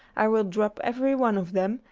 i will drop every one of them,